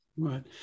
Right